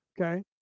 okay